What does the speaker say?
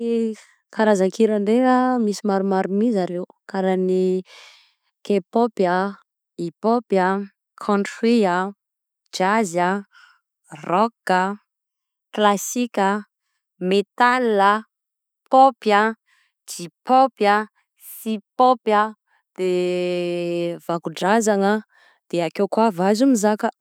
Karaza-kira ndraiky a: misy maromaro mi zareo kara ny: kpop a, hip hop a, country a, jazz a, rock a, klasika a, metal a, pop a, jpop a, cpop a, de vakodrazana, de ake koa vazo mizaka.